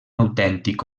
autèntic